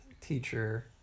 teacher